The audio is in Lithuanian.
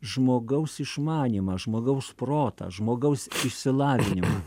žmogaus išmanymą žmogaus protą žmogaus išsilavinimą